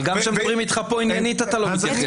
אבל גם כשמדברים איתך פה עניינית אתה לא מתייחס.